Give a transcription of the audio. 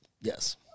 Yes